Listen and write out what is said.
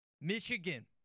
Michigan